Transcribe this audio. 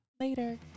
Later